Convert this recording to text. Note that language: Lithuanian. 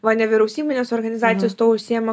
va nevyriausybinės organizacijos tuo užsiema